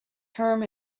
term